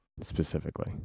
specifically